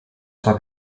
sua